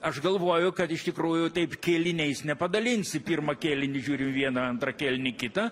aš galvoju kad iš tikrųjų taip kėliniais nepadalinsi pirmą kėlinį žiūriu vieną antrą kėlinį kitą